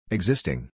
Existing